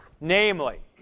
Namely